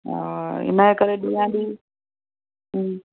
हा इन करे करे ॾींहां ॾींहुं